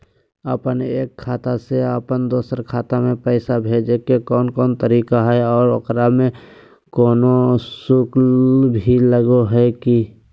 अपन एक खाता से अपन दोसर खाता में पैसा भेजे के कौन कौन तरीका है और ओकरा में कोनो शुक्ल भी लगो है की?